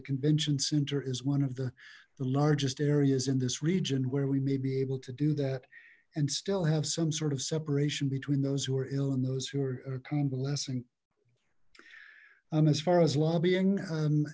the convention center is one of the the largest areas in this region where we may be able to do that and still have some sort of separation between those who are ill and those who are convalescing as far as lobbying